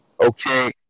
Okay